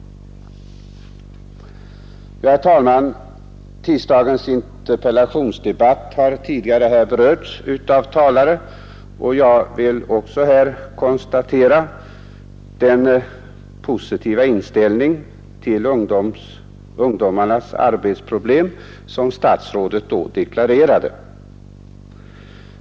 Herr talman! Tisdagens interpellationsdebatt har berörts av talare tidigare i dag. Jag vill också här notera den positiva inställning till ungdomarnas arbetsproblem som statsrådet då deklarerade.